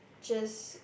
just